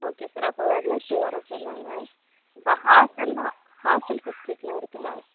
okay sir அப்போ Wednesday வரோம் sir நாங்கள் இப்போ ஹாஸ்ட்டல்னா ஹாஸ்ட்டல் ஃபெசிலிட்டிலாம் இருக்குல